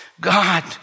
God